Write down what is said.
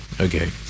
Okay